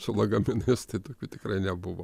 su lagaminais tai tokių tikrai nebuvo